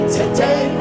today